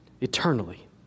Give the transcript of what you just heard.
eternally